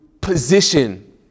position